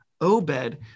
Obed